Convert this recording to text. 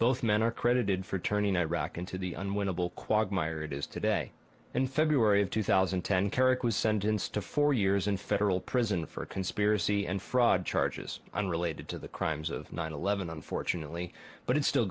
both men are credited for turning iraq into the unwinnable quagmire it is today in february of two thousand and ten carrick was sentenced to four years in federal prison for a conspiracy and fraud charges unrelated to the crimes of nine eleven unfortunately but it still